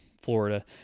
florida